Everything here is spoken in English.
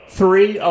three